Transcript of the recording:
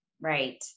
Right